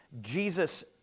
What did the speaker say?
Jesus